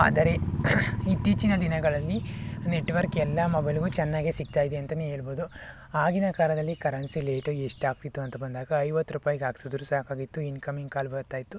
ಆದರೆ ಇತ್ತೀಚಿನ ದಿನಗಳಲ್ಲಿ ನೆಟ್ವರ್ಕ್ ಎಲ್ಲ ಮೊಬೈಲ್ಗೂ ಚೆನ್ನಾಗೆ ಸಿಗ್ತಾಯಿದೆ ಅಂತಾನೇ ಹೇಳ್ಬೋದು ಆಗಿನ ಕಾಲದಲ್ಲಿ ಕರೆನ್ಸಿ ರೇಟು ಎಷ್ಟಾಗ್ತಿತ್ತು ಅಂತ ಬಂದಾಗ ಐವತ್ತು ರೂಪಾಯಿಗೆ ಹಾಕ್ಸಿದ್ರೂ ಸಾಕಾಗಿತ್ತು ಇನ್ಕಮಿಂಗ್ ಕಾಲ್ ಬರ್ತಾ ಇತ್ತು